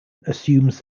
assumes